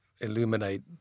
illuminate